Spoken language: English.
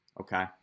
Okay